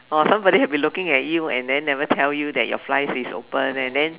or somebody have been looking at you and then never tell you that your fly is open and then